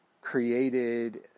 created